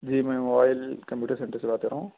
جی میں mobile computer center سے بات کر رہا ہوں